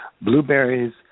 Blueberries